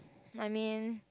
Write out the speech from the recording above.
I mean